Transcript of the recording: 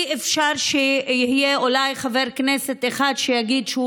אי-אפשר שיהיה אולי חבר כנסת אחד שיגיד שהוא